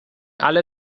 alle